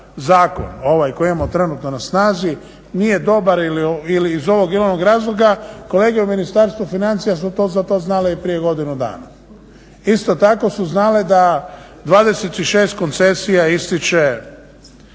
zakon ovaj koji imamo trenutno na snazi nije dobar ili iz ovog i onog razloga kolege u Ministarstvu financija su za to znale i prije godinu dana. Isto tako su znale da 26 koncesija istječe,